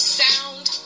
sound